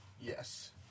Yes